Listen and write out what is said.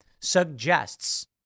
Suggests